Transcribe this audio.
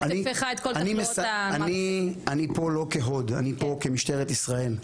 אני פה כמשטרת ישראל,